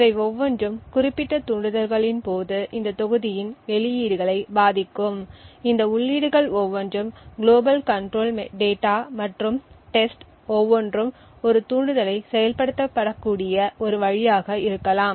இவை ஒவ்வொன்றும் குறிப்பிட்ட தூண்டுதல்களின் போது இந்த தொகுதியின் வெளியீடுகளை பாதிக்கும் இந்த உள்ளீடுகள் ஒவ்வொன்றும் குளோபல் கண்ட்ரோல் டேட்டா மற்றும் டெஸ்ட் ஒவ்வொன்றும் ஒரு தூண்டுதலை செயல்படுத்தக்கூடிய ஒரு வழியாக இருக்கலாம்